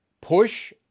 push